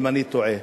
אם אני טועה.